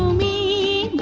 be